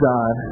God